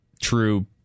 true